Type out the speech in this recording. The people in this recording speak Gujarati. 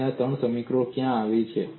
અને ત્રણ સમીકરણો ક્યાંથી આવે છે